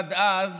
ועד אז